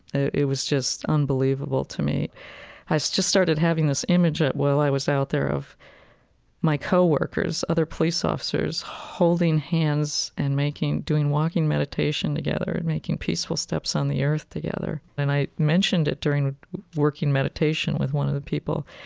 it it was just unbelievable to me i just started having this image while i was out there of my co-workers, other police officers, holding hands and making doing walking meditation together and making peaceful steps on the earth together. and i mentioned it during a working meditation with one of the people.